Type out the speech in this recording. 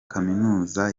kaminuza